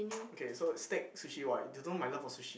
okay so stake sushi !wah! you don't know my love for sushi